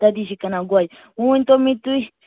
تَتی چھِ کٕنان گوجہِ وۄنۍ ؤنۍتو مےٚ تُہۍ